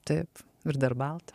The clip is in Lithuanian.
taip ir dar balta